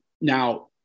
now